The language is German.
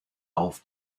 auf